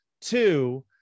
Two